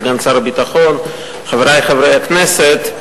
סגן שר הביטחון, חברי חברי הכנסת,